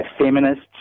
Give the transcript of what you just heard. feminists